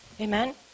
amen